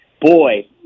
boy